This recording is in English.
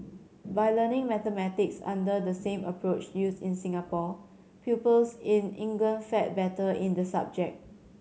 by learning mathematics under the same approach used in Singapore pupils in England fared better in the subject